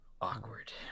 Awkward